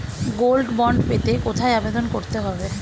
Gold bond পেতে কোথায় আবেদন করতে হবে?